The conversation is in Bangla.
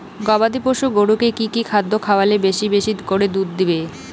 গবাদি পশু গরুকে কী কী খাদ্য খাওয়ালে বেশী বেশী করে দুধ দিবে?